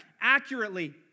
accurately